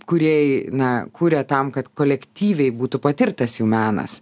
kūrėjai na kuria tam kad kolektyviai būtų patirtas jų menas